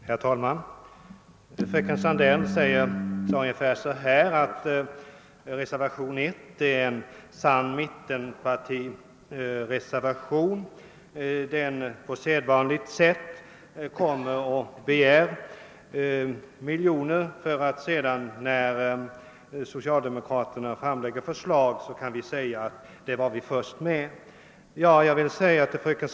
Herr talman! Fröken Sandell sade att reservationen 1 är en sann mittenpartireservation, i vilken man på sedvanligt sätt begär miljoner utan att anvisa var pengarna skall tas för att sedan när socialdemokraterna framlägger förslag kunna säga att man var först med saken.